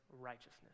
righteousness